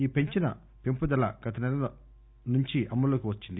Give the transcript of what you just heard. ఈ పెంచిన పెంపుదల గత నెల నుంచి అమల్లోకి వచ్చింది